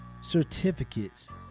certificates